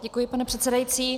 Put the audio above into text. Děkuji, pane předsedající.